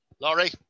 Laurie